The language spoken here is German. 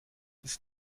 ist